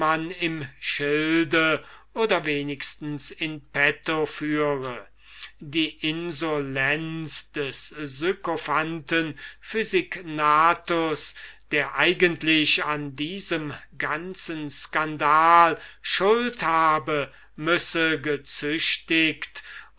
im schilde oder wenigstens in petto führe die insolenz des sykophanten physignathus der eigentlich an diesem ganzen skandal schuld habe müsse gezüchtigt